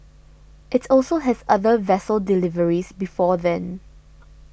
it also has other vessel deliveries before then